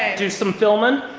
do some filming.